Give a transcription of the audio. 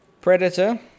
Predator